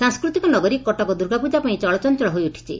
ସାଂସ୍କୃତିକ ନଗରୀ କଟକ ଦୁର୍ଗାପୂଜା ପାଇଁ ଚଳଚଞଳ ହୋଇଉଠିଛି